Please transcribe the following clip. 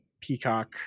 peacock